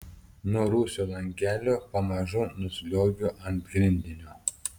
nuo rūsio langelio pamažu nusliuogiu ant grindinio